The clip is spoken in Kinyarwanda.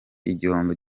igihombo